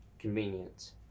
Convenience